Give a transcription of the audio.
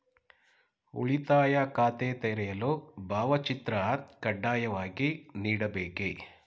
ಉಳಿತಾಯ ಖಾತೆ ತೆರೆಯಲು ಭಾವಚಿತ್ರ ಕಡ್ಡಾಯವಾಗಿ ನೀಡಬೇಕೇ?